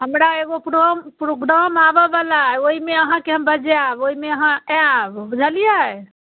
हमरा एगो pro programme आबऽ बला ओहिमे अहाँके हम बजायब ओहिमे अहाँ आएब बुझलियै